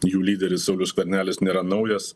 jų lyderis saulius skvernelis nėra naujas